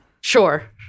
Sure